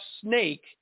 snake